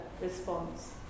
response